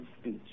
speech